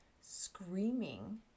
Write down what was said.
screaming